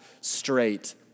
straight